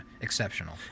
exceptional